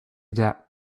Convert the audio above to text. that